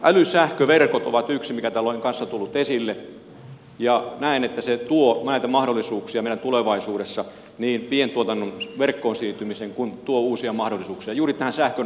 älysähköverkot ovat yksi mikä täällä on kanssa tullut esille ja näen että se tuo näitä mahdollisuuksia tulevaisuudessa niin pientuotannon verkkoon siirtymiseen kuin uusia mahdollisuuksia juuri tähän sähkön varastointiin